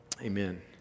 amen